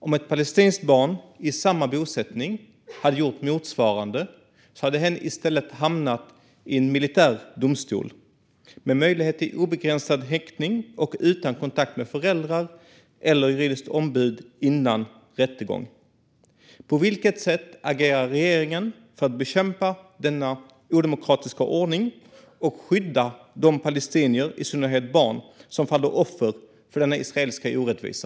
Om ett palestinskt barn i samma bosättning gör motsvarande hamnar hen i stället i en militär domstol, med obegränsad häktningstid och utan kontakt med föräldrar och juridiskt ombud före rättegång. På vilket sätt agerar regeringen för att bekämpa denna odemokratiska ordning och skydda de palestinier, i synnerhet barn, som faller offer för denna israeliska orättvisa?